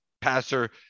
passer